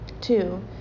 Two